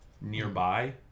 nearby